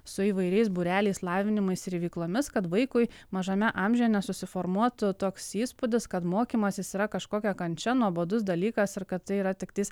su įvairiais būreliais lavinimais ir veiklomis kad vaikui mažame amžiuje nesusiformuotų toks įspūdis kad mokymasis yra kažkokia kančia nuobodus dalykas ir kad tai yra tiktais